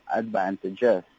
advantages